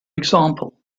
example